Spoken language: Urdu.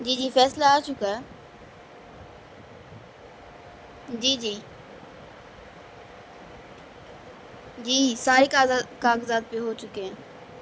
جی جی فیصلہ آ چکا ہے جی جی یہی سارے کاغذات پہ ہو چکے ہیں